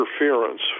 interference